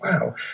wow